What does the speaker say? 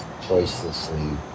choicelessly